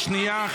שנייה.